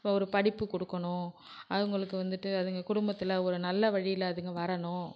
இப்போ ஒரு படிப்பு கொடுக்கணும் அவங்களுக்கு வந்துவிட்டு அதுங்க குடும்பத்தில் ஒரு நல்ல வழியில் அதுங்க வரணும்